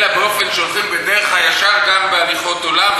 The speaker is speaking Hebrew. אלא באופן שהולכים בדרך הישר גם בהליכות עולם,